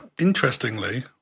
interestingly